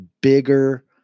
bigger